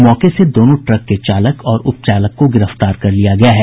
मौके से दोनों ट्रक के चालक और उपचालक का गिरफ्तार कर लिया गया है